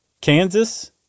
Kansas